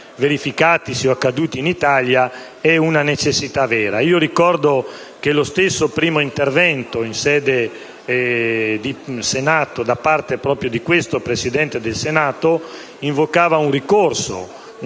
verificatisi o accaduti in Italia è una necessità vera. Io ricordo che lo stesso primo intervento in Aula da parte proprio di questo Presidente del Senato invocava un ricorso